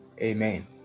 Amen